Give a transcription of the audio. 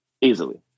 Easily